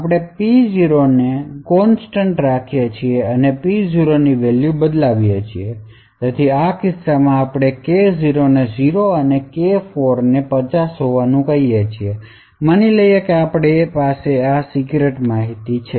આપણે P0 ને constant રાખીએ છીએ અને P4 ની વેલ્યુ બદલાવીએ છીએ તેથી આ ખાસ કિસ્સામાં આપણે K0 ને 0 K4 ને 50 હોવાનું કહીએ ચાલો આપણે માની લઈએ કે આ આપણી સીક્રેટ માહિતી છે